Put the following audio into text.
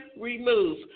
remove